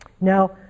Now